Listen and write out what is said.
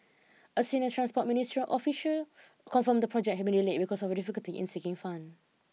a senior transport ministry official confirmed the project had been delayed because of a difficulty in seeking fund